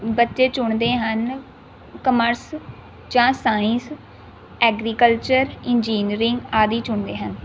ਬੱਚੇ ਚੁਣਦੇ ਹਨ ਕਾਮਰਸ ਜਾਂ ਸਾਇੰਸ ਐਗਰੀਕਲਚਰ ਇੰਜੀਨੀਅਰਿੰਗ ਆਦਿ ਚੁਣਦੇ ਹਨ